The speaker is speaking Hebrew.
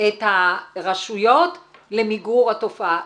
את הרשויות למגור התופעה.